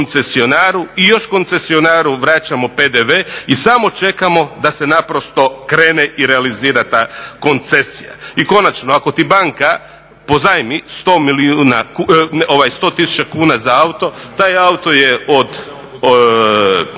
i još koncesionaru vraćamo PDV i samo čekamo da se naprosto krene i realizira ta koncesija. I konačno, ako ti banka pozajmi 100 tisuća kuna za auto taj auto je od banke